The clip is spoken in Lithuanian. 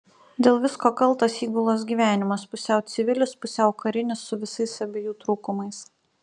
dėl visko kaltas įgulos gyvenimas pusiau civilis pusiau karinis su visais abiejų trūkumais